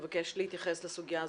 מבקש להתייחס לסוגיה הזאת,